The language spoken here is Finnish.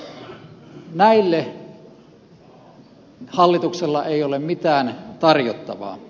näille hallituksella ei ole mitään tarjottavaa